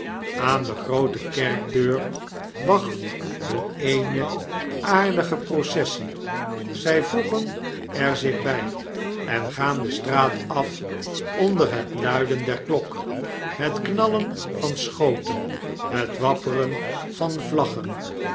aan de groote kerkdeur wacht hun eene aardige processie zy voegen er zich by en gaan de straat af onder het luiden der klok het knallen van schoten het wapperen van vlaggen